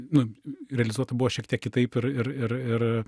nu realizuota buvo šiek tiek kitaip ir ir ir ir